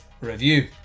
review